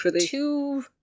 two